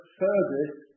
service